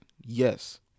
Yes